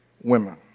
women